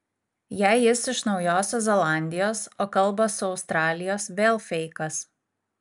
jei jis iš naujosios zelandijos o kalba su australijos vėl feikas